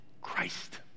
Christ